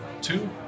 Two